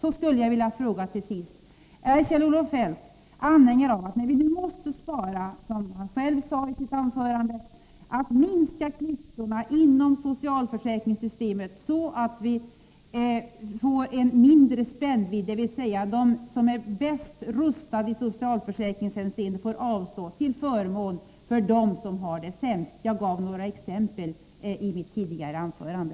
Så skulle jag till sist vilja ställa en fråga: Är Kjell-Olof Feldt anhängare av att vi, när vi som han själv sade nu måste spara, minskar klyftorna inom socialförsäkringssystemet, så att vi får en mindre spännvidd, dvs. att de som är bäst rustade i socialförsäkringshänseende får avstå till förmån för dem som har det sämst? Jag gav några exempel i mitt tidigare anförande.